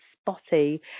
spotty